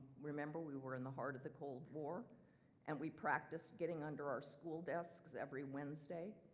remember we were in the heart of the cold war and we practiced getting under our school desks every wednesday